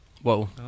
whoa